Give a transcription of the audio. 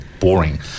boring